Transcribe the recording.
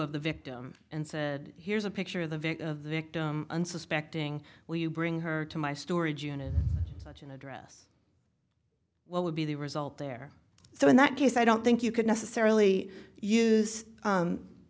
of the victim and said here's a picture of the victim of the unsuspecting will you bring her to my storage unit such an address what would be the result there so in that case i don't think you could necessarily use